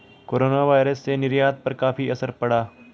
coronavirus से निर्यात पर काफी असर पड़ा